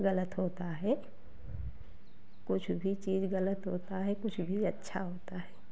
गलत होता है कुछ भी चीज़ गलत होता है कुछ भी अच्छा होता है